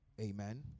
Amen